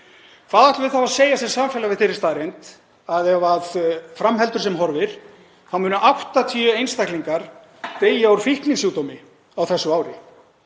við þá að segja sem samfélag við þeirri staðreynd að ef fram heldur sem horfir munu 80 einstaklingar deyja úr fíknisjúkdómi á þessu ári?